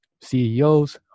CEOs